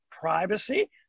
privacy